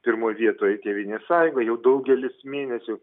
pirmoj vietoj tėvynės sąjunga jau daugelis mėnesių